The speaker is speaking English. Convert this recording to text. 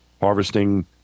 harvesting